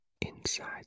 inside